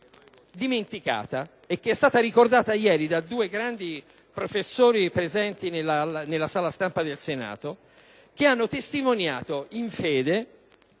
dimenticato un elemento, ricordato ieri da due grandi professori presenti nella sala stampa del Senato, che hanno testimoniato, in fede,